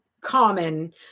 common